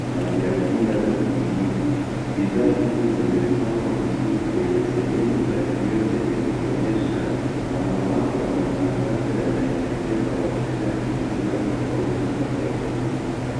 na vyakula za kihindi. Bidhaa hizo zimepangwa vizuri kwenye sehemu ya kioo zenye kuonyesha na mabango ya matangazo yanaelekeza wateja kwenye aina tofauti za vyakula.